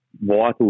vital